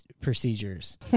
procedures